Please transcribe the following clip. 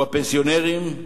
או הפנסיונרים,